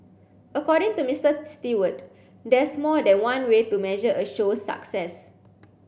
according to Mister Stewart there's more than one way to measure a show's success